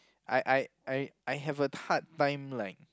I I I I have a hard time like